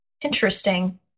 Interesting